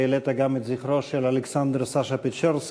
אדוני, שהעלית גם את זכרו של אלכסנדר-סשה פצ'רסקי.